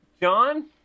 John